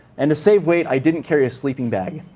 and to save weight, i didn't carry a sleeping bag.